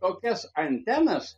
tokias antenas